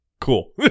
Cool